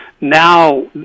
Now